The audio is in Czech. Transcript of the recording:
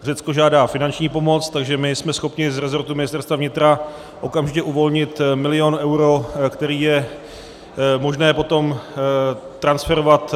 Řecko žádá finanční pomoc, takže my jsme schopni z rezortu Ministerstva vnitra okamžitě uvolnit milion eur, které je možné potom transferovat